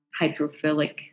hydrophilic